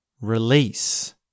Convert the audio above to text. Release